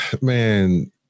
man